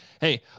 hey